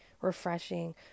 refreshing